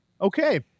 Okay